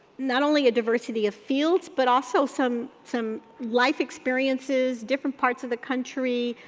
not only a diversity of fields, but also some some life experiences, different parts of the country,